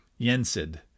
Yensid